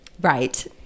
Right